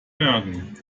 merken